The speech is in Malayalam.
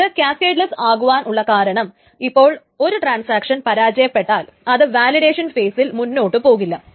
ഇത് ക്യാസ്കേട്ലെസ്സ് ആകുവാൻ ഉള്ള കാരണം ഇപ്പോൾ ഒരു ട്രാൻസാക്ഷൻ പരാജയപ്പെട്ടാൽ അത് വാലിഡേഷൻ ഫെയിസിൽ മുന്നോട്ടു പോകില്ല